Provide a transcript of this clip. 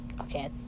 Okay